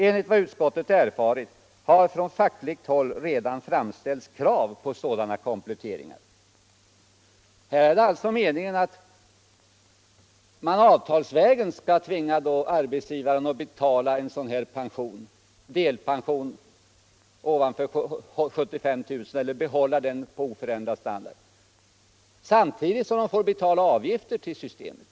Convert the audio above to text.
Enligt vad utskottet erfarit har från fackligt håll redan framställts krav på sådana kompletteringar.” Meningen är alltså att man avtalsvägen skall tvinga arbetsgivarna att betala en delpension ovanpå 75 000 kr. eller behålla den på oförändrad standard, samtidigt som de får betala avgifter till systemet.